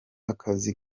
akazi